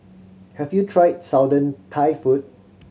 have you tried Southern Thai food